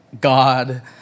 God